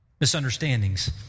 Misunderstandings